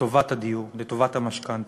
לטובת הדיור, לטובת המשכנתה.